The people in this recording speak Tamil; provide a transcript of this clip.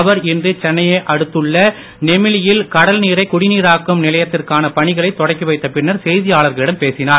அவர் இன்று சென்னையை அடுத்துள்ள நெமேலியில் கடல் நீரைக் குடிநீராக்கும் நிலையத்திற்கான பணிகளைத் தொடங்கி வைத்த பின்னர் செய்தியாளர்களிடம் பேசினார்